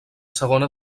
segona